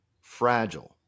fragile